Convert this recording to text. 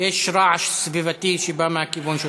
יש רעש סביבתי שבא מהכיוון שלך.